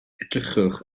edrychwch